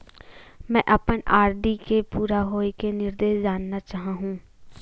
मैं अपन आर.डी के पूरा होये के निर्देश जानना चाहहु